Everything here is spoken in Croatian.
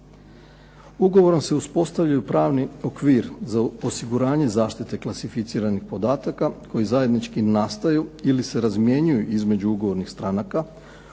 Ugovorom se uspostavlja pravni okvir za osiguranje zaštite klasificiranih podataka koji zajednički nastaju ili se razmjenjuju između ugovornih stranaka,